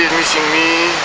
missing me